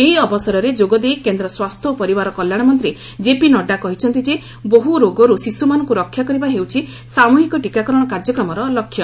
ଏହି ଅବସରରେ ଯୋଗ ଦେଇ କେନ୍ଦ୍ର ସ୍ୱାସ୍ଥ୍ୟ ଓ ପରିବାର କଲ୍ୟାଶ ମନ୍ତ୍ରୀ କେପି ନଡ଼ୁ କହିନ୍ତି ଯେ ବହୁ ରୋଗରୁ ଶିଶୁମାନଙ୍କୁ ରକ୍ଷା କରିବା ହେଉଛି ସାମ୍ରହିକ ଟୀକାକରଣ କାର୍ଯ୍ୟକ୍ରମ ଲକ୍ଷ୍ୟ